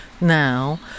now